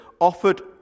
offered